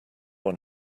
one